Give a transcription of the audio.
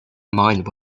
mind